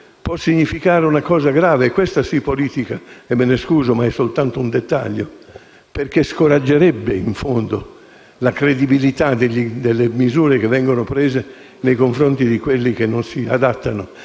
può significare una cosa grave - questa sì politica e me ne scuso, ma è soltanto un dettaglio - perché scoraggiare, in fondo, la credibilità delle misure che vengono prese nei confronti di quelli che non si adattano